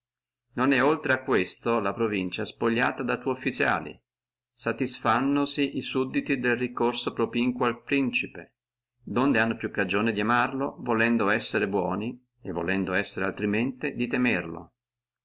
non è oltre a questo la provincia spogliata da tua officiali satisfannosi e sudditi del ricorso propinquo al principe donde hanno più cagione di amarlo volendo esser buoni e volendo essere altrimenti di temerlo